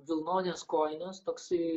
vilnonės kojinės toksai